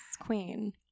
queen